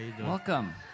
welcome